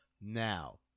now